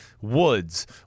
Woods